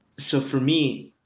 so for me,